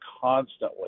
constantly